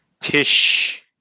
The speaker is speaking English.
Tish